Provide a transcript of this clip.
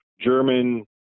German